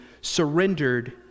surrendered